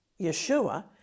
Yeshua